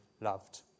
loved